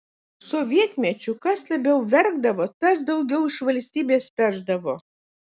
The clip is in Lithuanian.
sovietmečiu kas labiau verkdavo tas daugiau iš valstybės pešdavo